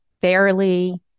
fairly